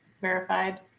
Verified